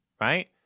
right